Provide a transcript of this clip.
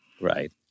Right